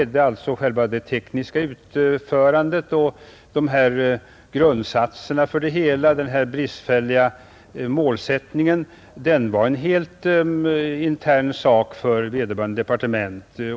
Det tekniska utförandet, grundsatserna för det hela var med denna bristfälliga målsättning en helt intern sak för vederbörande departement.